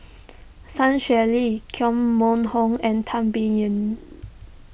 Sun Xueling Koh Mun Hong and Tan Biyun